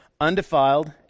undefiled